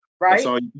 Right